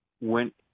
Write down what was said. went